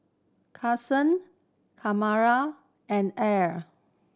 Khalilah and Ala